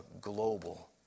global